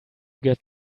get